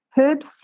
Herbs